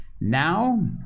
now